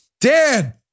Dan